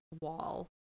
wall